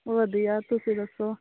ਵਧੀਆ ਤੁਸੀਂ ਦੱਸੋ